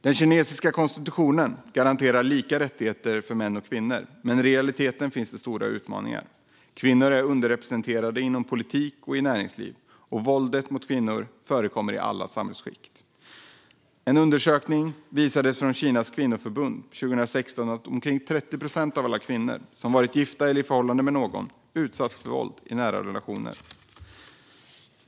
Den kinesiska konstitutionen garanterar lika rättigheter för män och kvinnor, men i realiteten finns det stora utmaningar. Kvinnor är underrepresenterade inom politik och näringsliv, och våld mot kvinnor förekommer i alla samhällsskikt. En undersökning från Kinas kvinnoförbund visade 2016 att omkring 30 procent av alla kvinnor som var gifta eller i ett förhållande hade utsatts för våld i nära relationer.